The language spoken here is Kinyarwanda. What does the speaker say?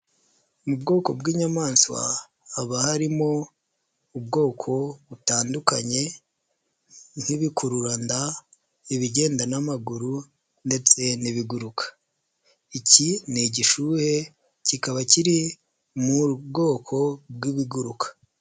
Mu bwoko bw'inyamaswa haba harimo ubwoko butandukanye nk'ibikururanda, ibigenda n'amaguru, ndetse n'ibiguruka. Iki ni igishuhe kikaba kiri mu bwoko bw'ibiguruka.